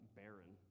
barren